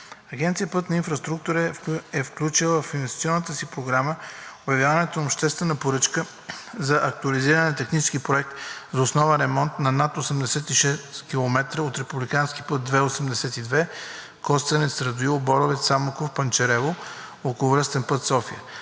Агенция „Пътна инфраструктура“ е включила в инвестиционната си програма обявяването на обществена поръчка за актуализиране на технически проект за основен ремонт на над 86 км от републикански път II-82 Костенец – Радуил – Боровец – Самоков – Панчарево – Околовръстен път – София.